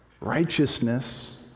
Righteousness